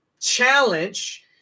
challenge